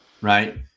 right